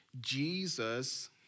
Jesus